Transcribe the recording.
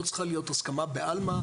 לא צריכה להיות הסכמה בעלמא,